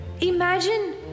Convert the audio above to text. Imagine